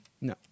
No